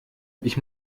ich